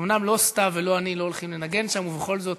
אומנם לא סתיו ולא אני הולכים לנגן שם, ובכל זאת,